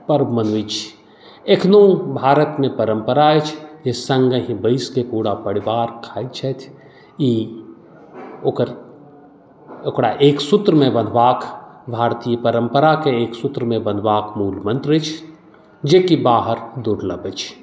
पर्व मनबैत छी एखनो भारतमे परम्परा अछि जे सङ्गहि बैसके पूरा परिवार खाइत छथि ई ओकर ओकरा एक सूत्रमे बन्हबाक भारतीय परम्पराके एकसूत्रमे बन्हबाके मूलमंत्र अछि जेकि बाहर दुर्लभ अछि